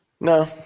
No